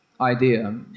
idea